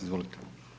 Izvolite.